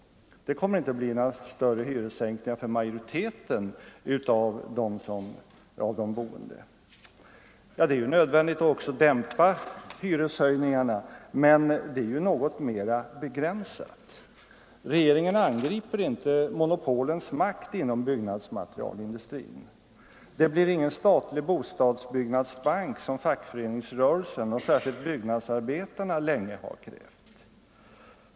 Det kommer inte att bli några större hyressänkningar för majoriteten av de boende. Visst är det nödvändigt också att dämpa hyreshöjningarna, men det är något mera begränsat. Regeringen angriper inte monopolens makt inom byggnadsmaterialindustrin. Det blir ingen statlig bostadsbyggnadsbank, som fackföreningsrörelsen — särskilt byggnadsarbetarna — länge har krävt.